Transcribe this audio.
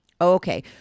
Okay